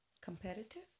Competitive